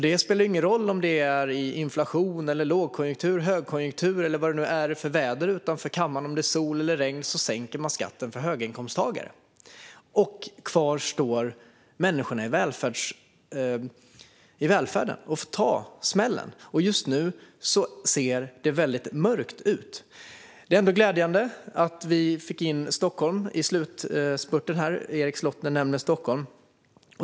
Det spelar ingen roll om det är inflation, lågkonjunktur eller högkonjunktur eller vad det är för väder utanför kammaren - om det är sol eller regn. Man sänker skatten för höginkomsttagare, och kvar står människorna i välfärden och får ta smällen. Just nu ser det väldigt mörkt ut. Det är ändå glädjande att vi fick in Stockholm i slutspurten. Erik Slottner nämnde Stockholm.